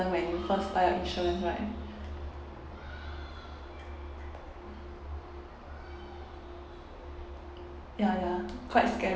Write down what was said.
when you first start showing right ya ya quite scary